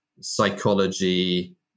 psychology